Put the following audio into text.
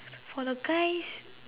for the guys